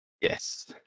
Yes